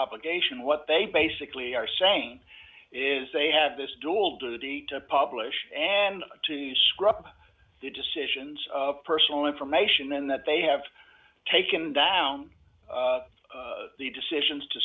obligation what they basically are saying is they have this dual duty to publish and to scrub the decisions of personal information then that they have taken down the decisions to